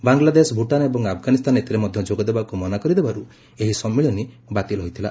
ବାଂଲାଦେଶ ଭୁଟାନ ଏବଂ ଆଫଗାନିସ୍ଥାନ ଏଥିରେ ମଧ୍ୟ ଯୋଗଦେବାକୁ ମନା କରିଦେବାରୁ ଏହି ସମ୍ମିଳନୀ ବାତିଲ ହୋଇଥିଲା